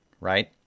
right